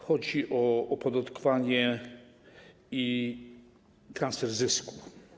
Chodzi o opodatkowanie i transfer zysku.